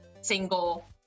single